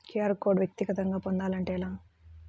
QR code వ్యక్తిగతంగా పొందాలంటే ఎలా?